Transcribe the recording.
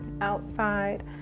outside